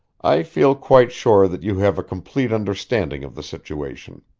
i feel quite sure that you have a complete understanding of the situation.